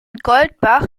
goldbach